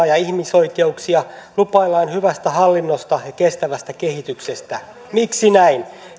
ja ihmisoikeuksia lupaillaan hyvää hallintoa ja kestävää kehitystä miksi näin